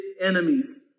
enemies